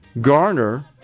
garner